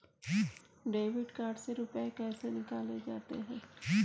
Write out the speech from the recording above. Debit card से रुपये कैसे निकाले जाते हैं?